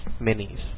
Minis